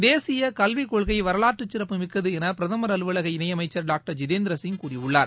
தேசிய கல்விக் கொள்கை வரலாற்று சிறப்புமிக்கது என பிரதமர் அலுவலக இணை அமைச்சர் டாக்டர் ஜிதேந்திரசிங் கூறியுள்ளார்